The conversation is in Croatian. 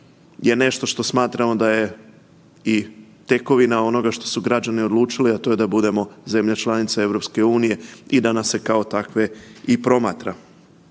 je nešto što smatramo da je i tekovina onoga što su građani odlučili, a to je da budemo zemlja članica EU i da nas se kao takve i promatra.